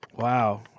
Wow